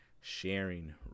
sharing